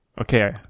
Okay